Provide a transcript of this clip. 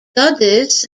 goddess